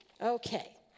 Okay